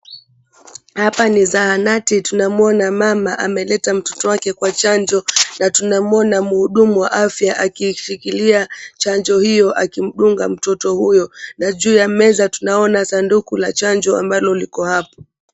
Hapa ni zahanati, tunamuona mama ameleta mtoto wake kwa chanjo. Na tunamuona mhudumu wa afya akiishikilia chanjo hiyo akimdunga mtoto huyo. Na juu ya meza tunaona sanduku la chanjo ambalo liko hapo.